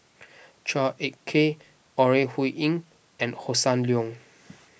Chua Ek Kay Ore Huiying and Hossan Leong